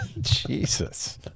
Jesus